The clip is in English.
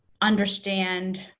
understand